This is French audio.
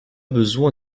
besoin